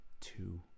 two